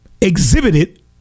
exhibited